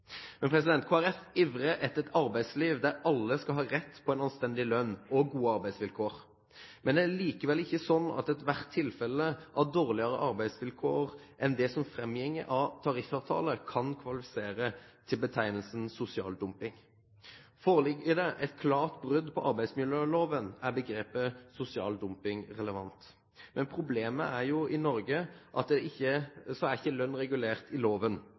etter et arbeidsliv der alle skal ha rett til en anstendig lønn og gode arbeidsvilkår. Det er likevel ikke slik at ethvert tilfelle av dårligere arbeidsvilkår enn det som framgår av tariffavtale, kvalifiserer til betegnelsen «sosial dumping». Foreligger det et klart brudd på arbeidsmiljøloven, er begrepet «sosial dumping» relevant. Problemet er at i Norge er ikke lønn regulert i loven.